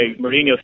Mourinho